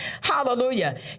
Hallelujah